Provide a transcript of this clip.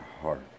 heart